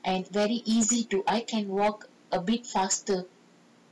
and very easy too I can walk a bit faster